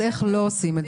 אז איך לא עושים את זה?